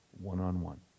one-on-one